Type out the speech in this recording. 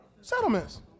Settlements